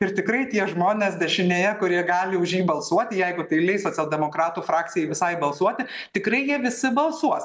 ir tikrai tie žmonės dešinėje kurie gali už jį balsuoti jeigu tai leis socialdemokratų frakcijai visai balsuoti tikrai jie visi balsuos